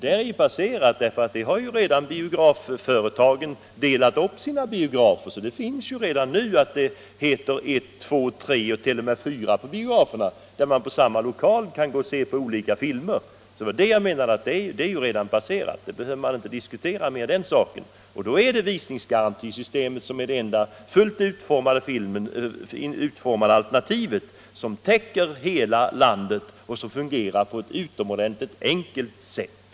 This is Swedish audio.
Det är ett passerat stadium, eftersom biografföretagen redan har delat upp sina biografer i flera mindre salonger, numrerade 1, 2, 3 eller t.o.m. upp till 4, vilket gör att flera filmer kan visas samtidigt på samma biograf. Visningsgarantisystemet är alltså det enda fullständigt utformade alternativet som täcker hela landet och som fungerar på ett utomordentligt enkelt sätt.